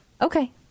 Okay